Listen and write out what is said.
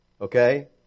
Okay